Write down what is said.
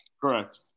Correct